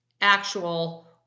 actual